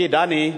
מתנגדים,